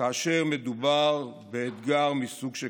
כאשר מדובר באתגר מסוג שכזה: